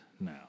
now